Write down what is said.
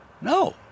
No